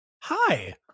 hi